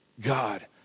God